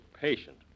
patient